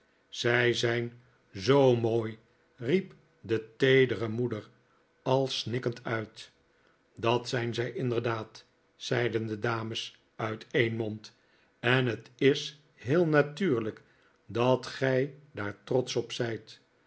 zij zijn zoo mooi riep de teedere moeder al snikkend uit dat zijn zij inderdaad zeiden de dames uit een mond en het is heel natuurlijk dat gij daar trotsch op zijt